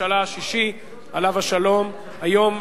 ראשון הדוברים,